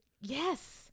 yes